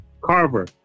Carver